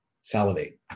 salivate